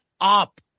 up